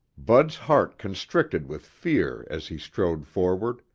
bud's heart constricted with fear as he strode forward,